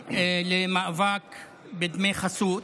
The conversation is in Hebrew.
למאבק בדמי חסות,